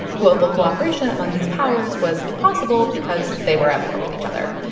global cooperation among these powers was impossible because they were at war with each other.